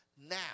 now